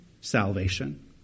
salvation